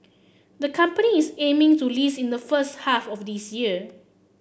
the company is aiming to list in the first half of this year